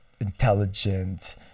intelligent